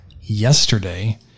yesterday